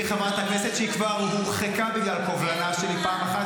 חברת הכנסת שהיא כבר הורחקה בגלל קובלנה שלי פעם אחת,